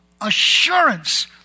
assurance